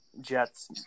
Jets